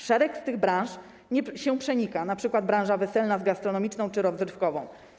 Szereg z tych branż się przenika, np. branża weselna z gastronomiczną czy rozrywkową.